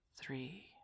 Three